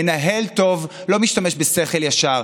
מנהל טוב לא משתמש בשכל ישר.